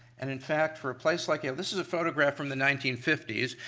and in fact, for a place like yale, this is a photograph from the nineteen fifty s,